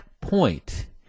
point